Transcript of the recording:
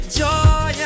joy